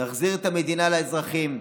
נחזיר את המדינה לאזרחים,